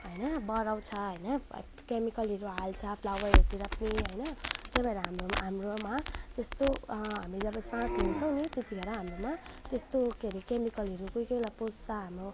होइन बढाउँछ होइन क्यामिकलहरू हाल्छ प्लावरहरूतिर पनि होइन त्यही भएर हाम्रोमा हाम्रोमा त्यस्तो हामी जब सास लिन्छौँ त्यतिखेरि हाम्रोमा त्यस्तो के अरे क्यामिकलहरू कोही कोही बेला पस्छ हाम्रो